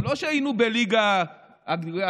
זה לא שהיינו בליגה הגבוהה.